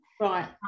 Right